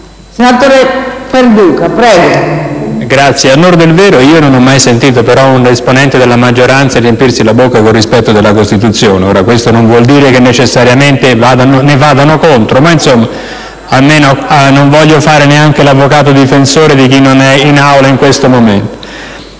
Signora Presidente, a onor del vero, non ho mai sentito un esponente della maggioranza riempirsi la bocca con il rispetto della Costituzione. Ora questo non vuol dire che necessariamente le vadano contro, ma neanche voglio fare l'avvocato difensore di chi non è in Aula in questo momento.